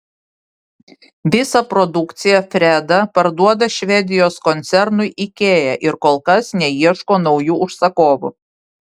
visą produkciją freda parduoda švedijos koncernui ikea ir kol kas neieško naujų užsakovų